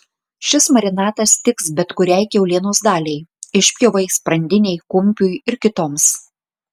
šis marinatas tiks bet kuriai kiaulienos daliai išpjovai sprandinei kumpiui ir kitoms